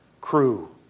crew